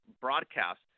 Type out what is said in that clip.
broadcast